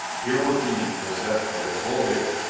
here were beings possessed of their full vigor,